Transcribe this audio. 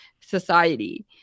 society